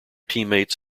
teammates